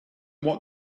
what